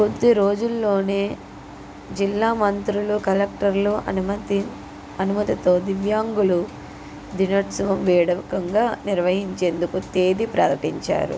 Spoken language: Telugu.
కొద్ది రోజులలోనే జిల్లా మంత్రులు కలెక్టర్లు అనుమతి అనుమతితో దివ్యాంగులు దినోత్సవం వేడుకగా నిర్వహించేందుకు తేది ప్రకటించారు